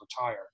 retire